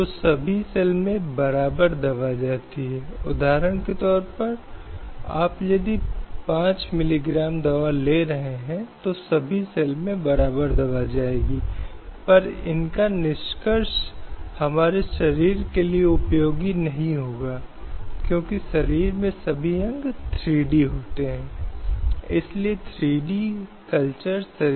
और वे वही हैं जिन्हें हम मूल अधिकार या मानवाधिकार कहते हैं जो प्रत्येक व्यक्ति प्रत्येक पुरुष महिला या बच्चे के मनुष्य होने के हकदार हैं और फिर यह उनके अस्तित्व और उनके जीवन के लिए अभिन्न है